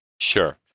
Sure